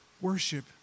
worship